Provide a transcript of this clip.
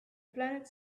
planet